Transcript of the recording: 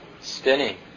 spinning